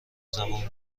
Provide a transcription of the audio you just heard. زبون